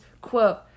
quote